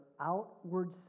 outward